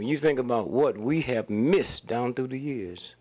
when you think about what we have missed down through the years